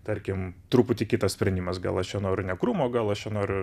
tarkim truputį kitas sprendimas gal aš čia noriu ne krūmo gal aš čia noriu